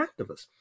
activists